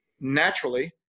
naturally